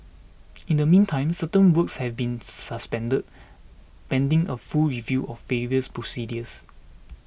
in the meantime certain works have been suspended pending a full review of various procedures